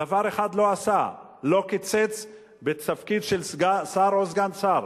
דבר אחד לא עשה, לא קיצץ בתפקיד של שר או סגן שר.